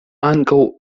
ankaŭ